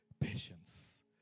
Patience